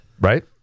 right